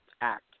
Act